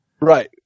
Right